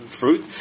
fruit